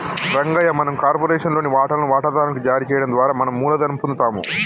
రంగయ్య మనం కార్పొరేషన్ లోని వాటాలను వాటాదారు నికి జారీ చేయడం ద్వారా మనం మూలధనం పొందుతాము